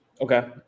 Okay